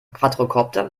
quadrokopter